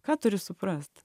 ką turi suprast